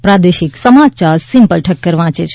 પ્રાદેશિક સમાયાર સિમ્પલ ઠક્કર વાંચે છે